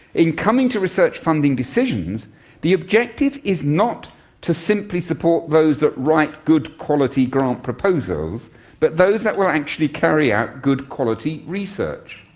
in coming to research funding decisions the objective is not to simply support those that write good quality grant proposals but those that will actually carry out good quality research.